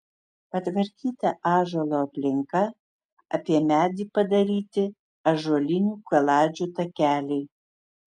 patvarkyta ąžuolo aplinka apie medį padaryti ąžuolinių kaladžių takeliai